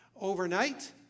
overnight